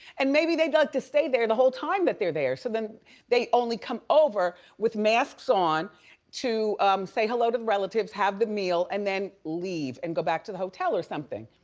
and maybe they'd like to stay there the whole time that they're there. so then they only come over with masks on to say hello to the relatives, have the meal and then leave and go back to the hotel or something.